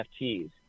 NFTs